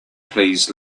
please